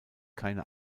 keine